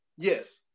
Yes